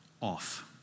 off